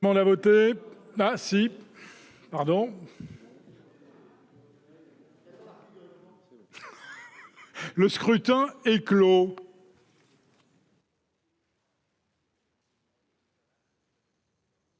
Le scrutin est clos.